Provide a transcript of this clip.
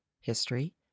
history